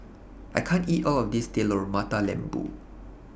I can't eat All of This Telur Mata Lembu